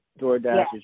DoorDash